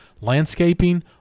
landscaping